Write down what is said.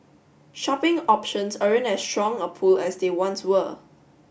shopping options aren't as strong a pull as they once were